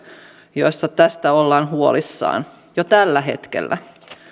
joissa tästä ollaan huolissaan jo tällä hetkellä